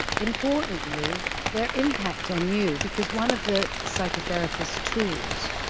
importantly, their impact on you. because one of the psychotherapist's tools